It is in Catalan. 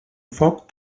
foc